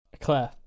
Claire